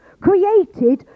Created